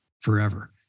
forever